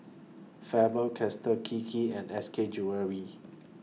Faber Castell Kiki and S K Jewellery